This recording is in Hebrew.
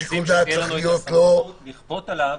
לא נעשה את הדיון עכשיו.